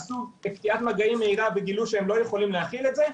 עשו קטיעת מגעים מהירה וגילו שהם לא יכולים להכיל את זה.